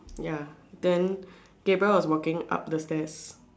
ya then Gabriel was walking up the stairs